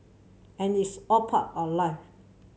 and it's all part of life